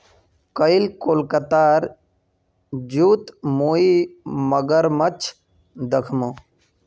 कईल कोलकातार जूत मुई मगरमच्छ दखनू